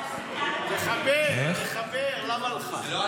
לחבר, לחבר, למה לך?